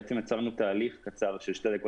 בעצם יצרנו תהליך קצר של שתי דקות,